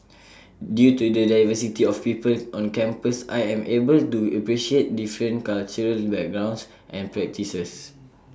due to the diversity of people on campus I am able to appreciate different cultural backgrounds and practices